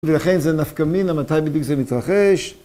ולכן זה נפקמין למתי בדיוק זה מתרחש.